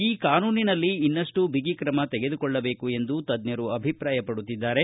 ಈ ಕಾನೂನಿನಲ್ಲಿ ಇನ್ನಷ್ಟು ಬಿಗಿ ಕ್ರಮ ತೆಗೆದುಕೊಳ್ಳಬೇಕೆಂದು ತಜ್ಜರು ಅಭಿಪ್ರಾಯ ಪಡುತ್ತಿದ್ದಾರೆ